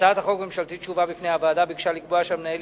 הצעת החוק הממשלתית שהובאה בפני הוועדה ביקשה לקבוע שהמנהל